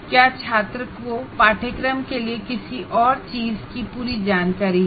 क्या छात्र को कोर्स के लिए जरुरी जानकारी है